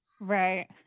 right